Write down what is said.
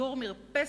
לסגור מרפסת,